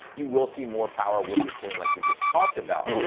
you will see more power with a tune like we just talked about.